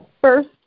first